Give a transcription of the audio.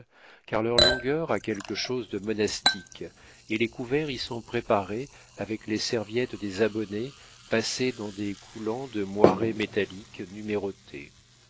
car leur longueur a quelque chose de monastique et les couverts y sont préparés avec les serviettes des abonnés passées dans des coulants de moiré métallique numérotés